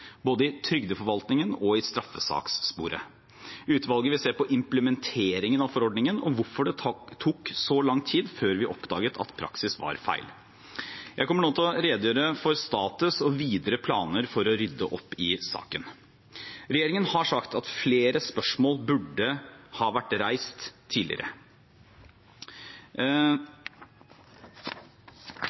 både i trygdeforvaltningen og i straffesakssporet. Utvalget vil se på implementeringen av forordningen og hvorfor det tok så lang tid før vi oppdaget at praksis var feil. Jeg kommer nå til å redegjøre for status og videre planer for å rydde opp i saken. Regjeringen har sagt at flere spørsmål burde ha vært reist tidligere.